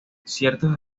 ciertos